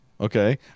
Okay